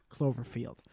Cloverfield